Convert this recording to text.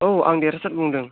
औ आं देरहासाद बुंदों